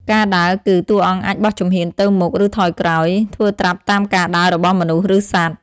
ការដើរគឺ តួអង្គអាចបោះជំហានទៅមុខ ឬថយក្រោយ ធ្វើត្រាប់តាមការដើររបស់មនុស្ស ឬសត្វ។